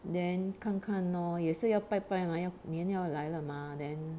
then 看看 lor 也是要拜拜吗要年要来了 mah then